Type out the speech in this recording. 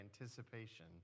anticipation